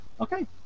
okay